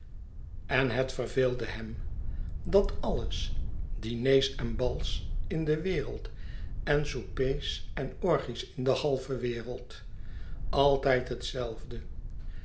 en het verveelde hem dat alles diners en bals in de wereld en soupers en orgies in de halve wereld altijd hetzelfde